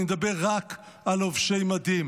אני מדבר רק על לובשי מדים.